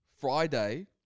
friday